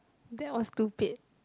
they was stupid